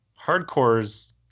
hardcores